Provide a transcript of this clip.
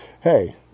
hey